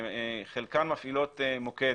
חלקן מפעילות מוקד